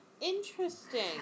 interesting